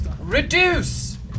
Reduce